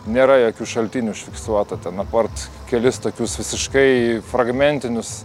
nėra jokių šaltinių užfiksuota ten apart kelis tokius visiškai fragmentinius